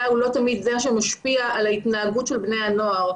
הוא לא תמיד זה שמשפיע על ההתנהגות של בני הנוער.